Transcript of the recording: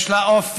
יש לה אופי,